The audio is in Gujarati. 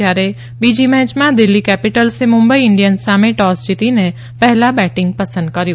જયારે બીજી મેયમાં દિલ્હી કેપીટલ્સે મુંબઇ ઇન્ડીયન્સ સામે ટોસ જીતીને પહેલા બેટીંગ પસંદ કર્યુ